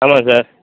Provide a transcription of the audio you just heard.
ஆமாம் சார்